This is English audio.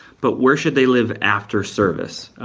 but where should they live after service?